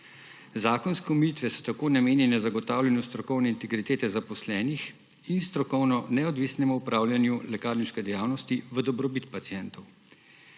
Zakonske omejitve so tako namenjene zagotavljanju strokovne integritete zaposlenih in strokovno neodvisnemu upravljanju lekarniške dejavnosti v dobrobit pacientov.